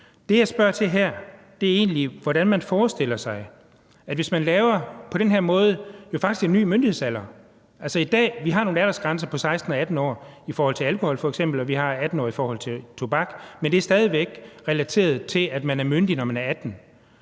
Det, jeg spørger til her, er egentlig, hvordan man forestiller sig det, hvis man på den her måde faktisk laver en ny myndighedsalder. Altså, vi har i dag nogle aldersgrænser på 16 og 18 år i forhold til alkohol og på 18 år i forhold til tobak, men det er stadig væk relateret til, at man er myndig, når man er 18 år.